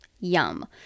yum